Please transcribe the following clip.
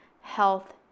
health